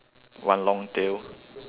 one long tail